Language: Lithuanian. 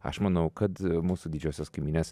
aš manau kad mūsų didžiosios kaimynės